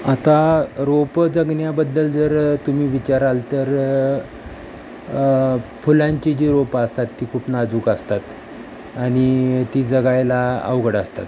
आता रोपं जगण्याबद्दल जर तुम्ही विचाराल तर फुलांची जी रोपं असतात ती खूप नाजूक असतात आणि ती जगायला अवघड असतात